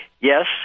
yes